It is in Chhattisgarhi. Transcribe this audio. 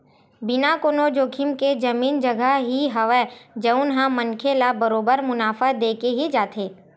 बिना कोनो जोखिम के जमीन जघा ही हवय जउन ह मनखे ल बरोबर मुनाफा देके ही जाथे